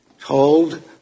told